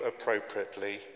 appropriately